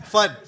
Fun